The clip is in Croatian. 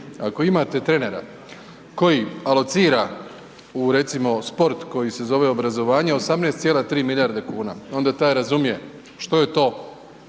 Ako imate trenera koji alocira u recimo sport koji se zove obrazovanje, 18,3 milijarde kuna, onda taj razumije što je to,